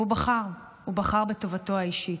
והוא בחר, הוא בחר בטובתו האישית.